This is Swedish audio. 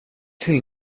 till